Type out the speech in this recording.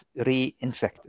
reinfected